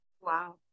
Wow